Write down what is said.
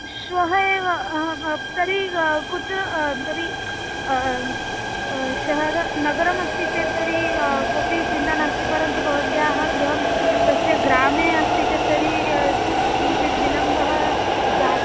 श्वः एव हा तर्हि कुत्र तर्हि शेहर नगरमस्ति चेत् तर्हि कोपि चिन्ता नास्ति परन्तु भवत्याः गृहं तस्य ग्रामे अस्ति चेत् तर्हि किञ्चित् विलम्बः जात्